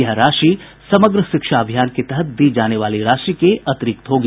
यह राशि समग्र शिक्षा अभियान के तहत दी जाने वाली राशि के अलावा होगी